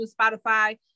Spotify